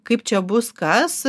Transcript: kaip čia bus kas